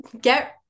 get